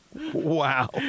Wow